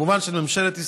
כמובן של ממשלת ישראל,